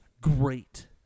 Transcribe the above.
Great